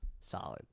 Solid